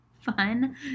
fun